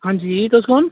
हां जी तुस कौन